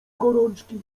gorączki